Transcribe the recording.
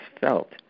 felt